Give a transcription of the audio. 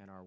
and our